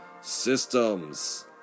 systems